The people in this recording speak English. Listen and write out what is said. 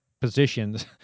positions